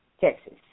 Texas